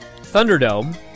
Thunderdome